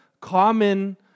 common